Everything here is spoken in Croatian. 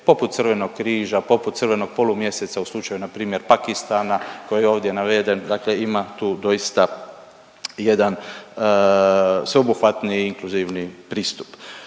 poput Crvenog križa, poput Crvenog polumjeseca u slučaju npr. Pakistana koji je ovdje naveden, dakle ima tu doista jedan sveobuhvatni i inkluzivni pristup.